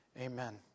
amen